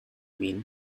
been